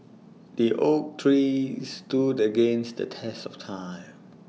the oak tree stood against the test of time